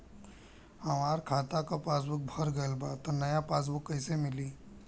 हमार खाता के पासबूक भर गएल बा त नया पासबूक कइसे मिली?